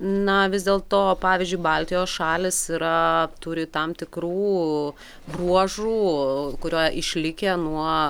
na vis dėlto pavyzdžiui baltijos šalys yra turi tam tikrų bruožų kurie išlikę nuo